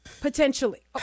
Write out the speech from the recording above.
potentially